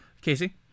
Casey